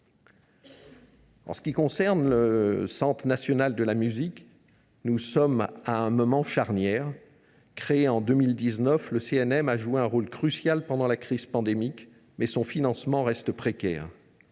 En ce qui concerne le Centre national de la musique, nous sommes à un moment charnière. Créé en 2019, le CNM a joué un rôle crucial pendant la crise pandémique, mais son financement reste précaire.